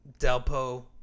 Delpo